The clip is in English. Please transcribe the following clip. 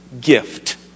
gift